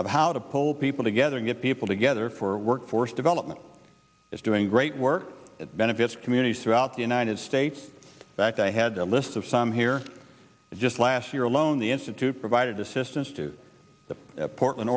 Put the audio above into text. of how to pull people together and get people together for workforce development is doing great work benefits communities throughout the united states that i had a list of some here just last year alone the institute provided assistance to the portland